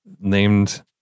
named